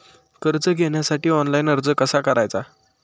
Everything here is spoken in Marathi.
कर्ज घेण्यासाठी ऑनलाइन अर्ज कसा करायचा?